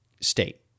state